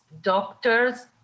doctors